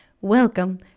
Welcome